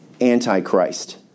Antichrist